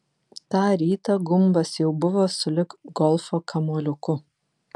tą rytą gumbas jau buvo sulig golfo kamuoliuku